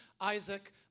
Isaac